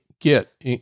get